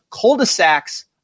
cul-de-sacs